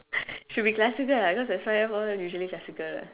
should be classical what because S_Y_F all usually classical what